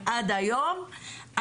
עד היום,